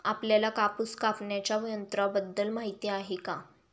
आपल्याला कापूस कापण्याच्या यंत्राबद्दल माहीती आहे का?